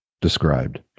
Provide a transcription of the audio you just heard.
described